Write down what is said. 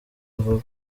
vuba